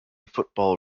football